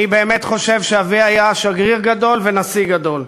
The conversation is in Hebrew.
אני באמת חושב שאבי היה שגריר גדול ונשיא גדול.